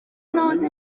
nahoze